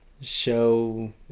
show